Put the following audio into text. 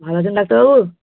ভালো আছেন ডাক্তারবাবু